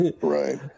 Right